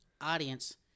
audience